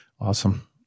Awesome